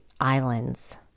islands